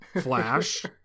Flash